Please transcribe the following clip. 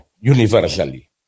universally